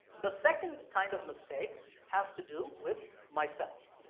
the second kind of mistake has to do with myself.